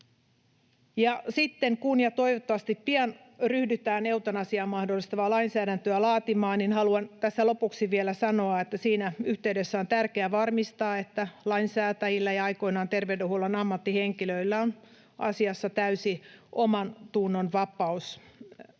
kun ja toivottavasti pian ryhdytään eutanasiaa mahdollistavaa lainsäädäntöä laatimaan, niin haluan tässä lopuksi vielä sanoa, että siinä yhteydessä on tärkeää varmistaa, että lainsäätäjillä ja aikoinaan terveydenhuollon ammattihenkilöillä on asiassa täysi omantunnon vapaus.